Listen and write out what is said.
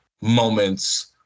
moments